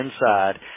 inside